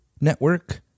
network